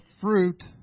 fruit